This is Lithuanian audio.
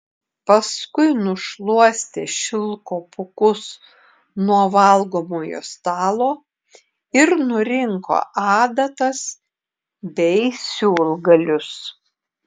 paskui nušluostė šilko pūkus nuo valgomojo stalo ir nurinko adatas bei siūlgalius